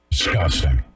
Disgusting